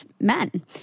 men